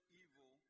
evil